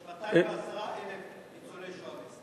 יש 210,000 ניצולי שואה נוספים.